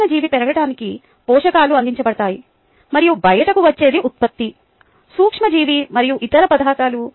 సూక్ష్మ జీవి పెరగడానికి పోషకాలు అందించబడతాయి మరియు బయటకు వచ్చేది ఉత్పత్తి సూక్ష్మజీవి మరియు ఇతర పదార్థాలు